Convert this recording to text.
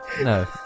No